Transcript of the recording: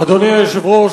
אדוני היושב-ראש,